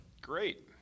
Great